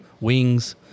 Wings